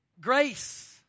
Grace